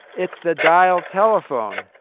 it's the dial telephone.